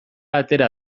atera